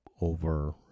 over